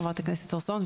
חברת הכנסת הר סון,